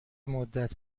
مدّت